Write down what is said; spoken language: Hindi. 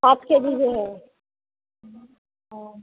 पाँच के जी भी है हाँ